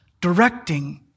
directing